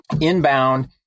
Inbound